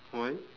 why